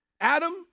Adam